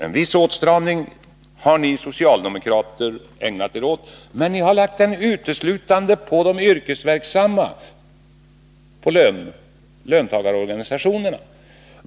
En viss åtstramning har ni socialdemokrater visserligen ägnat er åt, men ni har lagt den uteslutande på de yrkesverksamma, på löntagarna.